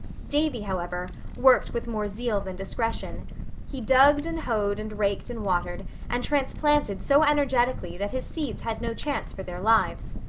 davy, however, worked with more zeal than discretion he dug and hoed and raked and watered and transplanted so energetically that his seeds had no chance for their lives.